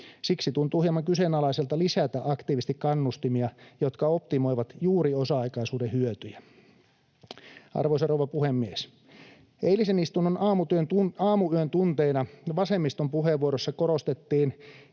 Siksi tuntuu hieman kyseenalaiselta lisätä aktiivisesti kannustimia, jotka optimoivat juuri osa-aikaisuuden hyötyjä. Arvoisa rouva puhemies! Eilisen istunnon aamuyön tunteina vasemmiston puheenvuoroissa korostettiin